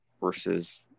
versus